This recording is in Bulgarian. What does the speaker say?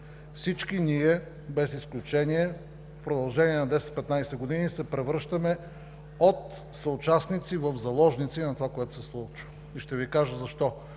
всички ние, без изключение, в продължение на 10 – 15 години се превръщаме от съучастници в заложници на това, което се случва и ще Ви кажа защо.